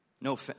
no